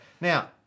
Now